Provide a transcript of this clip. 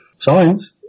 science